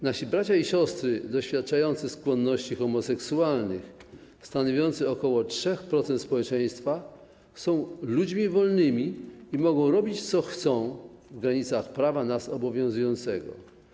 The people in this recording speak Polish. Nasi bracia i siostry, doświadczający skłonności homoseksualnych, stanowiący około 3% społeczeństwa, są ludźmi wolnymi i mogą robić, co chcą w granicach prawa nas obowiązującego.